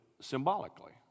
symbolically